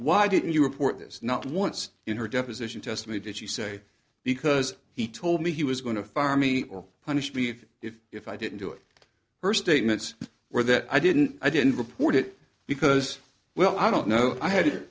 why didn't you report this not once in her deposition testimony did she say because he told me he was going to fire me or punish me if if if i didn't do it her statements were that i didn't i didn't report it because well i don't know i had